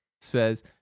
says